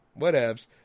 whatevs